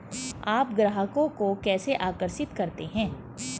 आप ग्राहकों को कैसे आकर्षित करते हैं?